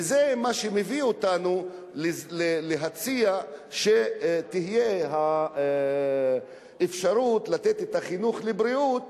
וזה מה שמביא אותנו להציע שתהיה האפשרות לתת את החינוך לבריאות.